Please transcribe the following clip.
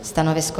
Stanovisko?